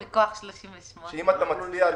שאם אתה מצביע,